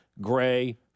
Gray